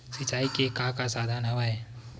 सिंचाई के का का साधन हवय?